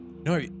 No